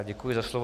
Děkuji za slovo.